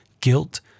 guilt